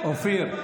אופיר.